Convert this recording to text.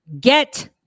get